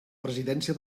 presidència